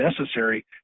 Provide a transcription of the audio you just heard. necessary